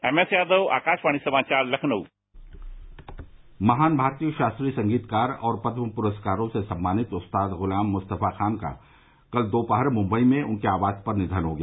M S Yadav Akashvani समाचार लखनऊ महान भारतीय शास्त्रीय संगीतकार और पदम प्रस्कारों से सम्मानित उस्ताद गुलाम मुस्तफा खान का कल दोपहर मुंबई में उनके आवास पर निधन हो गया